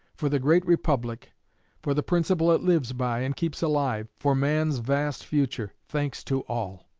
for the great republic for the principle it lives by and keeps alive for man's vast future thanks to all.